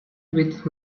with